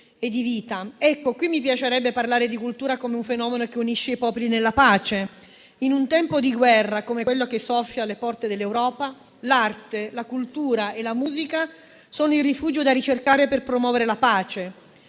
Ecco, mi piacerebbe parlare di cultura come un fenomeno che unisce i popoli nella pace. In un tempo di guerra, come quello che soffia alle porte dell'Europa, l'arte, la cultura e la musica sono il rifugio da ricercare per promuovere la pace.